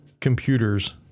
computers